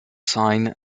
sign